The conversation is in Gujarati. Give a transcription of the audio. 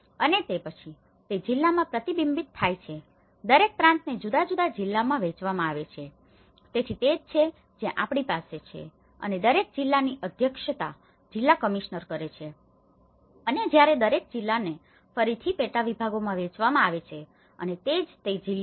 અને તે પછી તે જિલ્લામાં પ્રતિબિંબિત થાય છે દરેક પ્રાંતને જુદા જુદા જિલ્લાઓમાં વહેંચવામાં આવે છે તેથી તે જ છે જ્યાં આપણી પાસે છે અને દરેક જીલ્લાની અધ્યક્ષતા જિલ્લા કમિશનર કરે છે અને જ્યારે દરેક જિલ્લાને ફરીથી પેટા વિભાગોમાં વહેંચવામાં આવે છે અને તે જ તે જિલ્લો છે